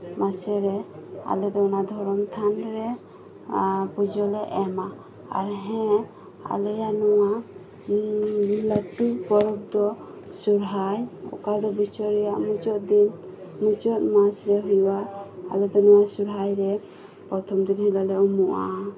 ᱢᱟᱥᱮᱨᱮ ᱟᱞᱮ ᱫᱚ ᱚᱱᱟ ᱫᱷᱚᱨᱚᱢ ᱛᱷᱟᱱ ᱨᱮ ᱯᱩᱡᱟᱹᱞᱮ ᱮᱢᱟ ᱟᱨ ᱦᱮᱸ ᱟᱞᱮᱭᱟᱜ ᱱᱚᱣᱟ ᱞᱟᱹᱴᱩ ᱯᱚᱨᱚᱵᱽ ᱫᱚ ᱥᱚᱦᱚᱨᱟᱭ ᱚᱠᱟᱫᱚ ᱵᱚᱪᱷᱚᱨ ᱨᱮᱭᱟᱜ ᱢᱩᱪᱟᱹᱫ ᱫᱤᱱ ᱢᱩᱪᱟᱹᱫ ᱢᱟᱥ ᱨᱮ ᱦᱩᱭᱩᱜᱼᱟ ᱟᱞᱮᱫᱚ ᱱᱤᱭᱟᱹ ᱥᱚᱦᱚᱨᱟᱭ ᱨᱮ ᱯᱨᱚᱛᱷᱚᱢ ᱫᱤᱱ ᱨᱮᱫᱚᱞᱮ ᱩᱢᱩᱜᱼᱟ